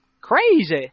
Crazy